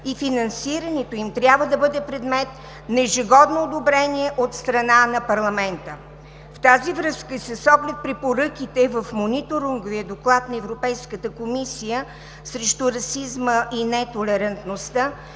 и финансирането им трябва да бъде предмет на ежегодно одобрение от страна на парламента. В тази връзка и с оглед препоръките в мониторинговия доклад на Европейската комисия срещу расизма и нетолерантността,